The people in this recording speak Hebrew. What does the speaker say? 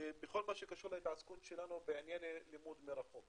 בכל מה שקשור להתעסקות שלנו בענייני לימוד מרחוק